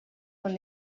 con